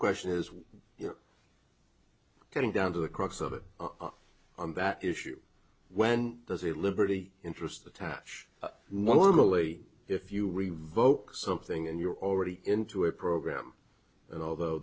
you're getting down to the crux of it on that issue when does a liberty interest attach normally if you revoke something and you're already into a program and although